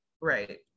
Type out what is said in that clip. Right